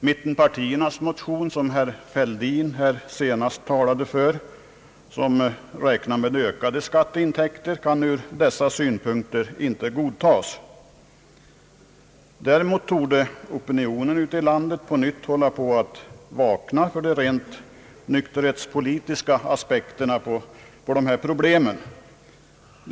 Mittenpartiernas motion, som herr Fälldin senast talade för och i vilken man räknar med ökade skatteintäkter, kan ur dessa synpunkter inte godtas. Däremot torde opinionen ute i landet på nytt hålla på att vakna för de rent nykterhetspolitiska aspekterna på dessa problem.